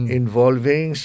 involving